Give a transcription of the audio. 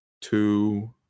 two